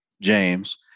James